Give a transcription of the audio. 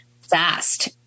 fast